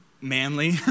manly